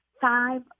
five